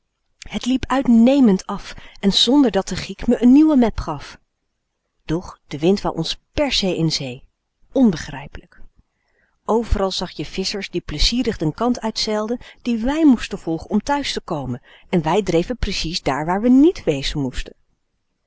het liep uitnemend af en zonder dat de giek me n nieuwe mep gaf doch de wind wou ons p e r s e in zee onbegrijpelijk overal zag je visschers die plezierig den kant uitzeilden dien w ij moesten volgen om thuis te komen en w ij dreven precies dààr waar we niet wezen moesten